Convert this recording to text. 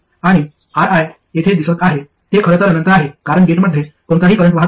आणि Ri येथे दिसत आहे हे खरं तर अनंत आहे कारण गेटमध्ये कोणताही करंट वाहत नाही